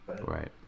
Right